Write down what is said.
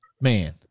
man